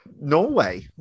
Norway